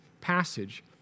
passage